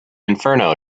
inferno